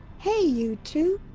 hey, you two!